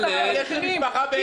יש לי משפחה באלקנה.